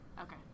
Okay